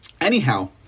anyhow